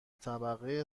طبقه